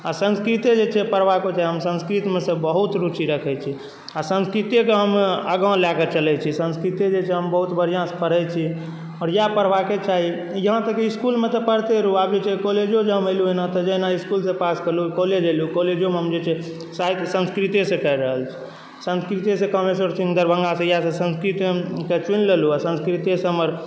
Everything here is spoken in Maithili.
आओर संस्कृते जे छै पढ़बाको छै हम संस्कृतमे से बहुत रूचि रखय छी आओर संस्कृतेके हम आगाओँ लैके चलय छी संस्कृते जे छै हम बहुत बढ़िआँसँ पढ़य छी आओर इएह पढ़बाके चाही ई यहाँ तक कि इसकुलमे तऽ पढ़िते रहू आब जे छै कॉलेजो जे अहाँ मानि लियौ एना जेना इसकुलसँ पास कयलहुँ कॉलेज अयलहुँ कोलेजोमे हम जे छै साहित्य संस्कृतेसँ कए रहल छी संस्कृतेसँ कामेश्वर सिंह दरभंगासँ इएहसँ संस्कृत हमसे चुनि लेलहु आओर संस्कृतेसँ हमर